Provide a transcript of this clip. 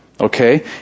Okay